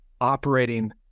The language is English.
operating